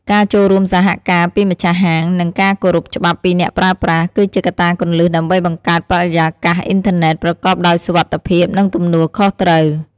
ការចូលរួមសហការពីម្ចាស់ហាង និងការគោរពច្បាប់ពីអ្នកប្រើប្រាស់ គឺជាកត្តាគន្លឹះដើម្បីបង្កើតបរិយាកាសអ៊ីនធឺណិតប្រកបដោយសុវត្ថិភាព និងទំនួលខុសត្រូវ។